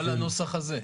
לא על הנוסח הזה.